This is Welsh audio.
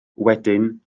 wedyn